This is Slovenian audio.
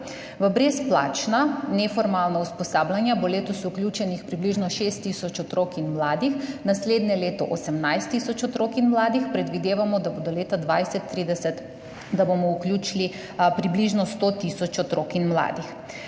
brezplačna usposabljanja bo letos vključenih približno 6 tisoč otrok in mladih, naslednje leto 18 tisoč otrok in mladih, predvidevamo, da bomo do leta 2030 vključili približno 100 tisoč otrok in mladih.